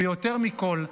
ויותר מכול,